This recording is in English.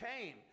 came